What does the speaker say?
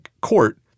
court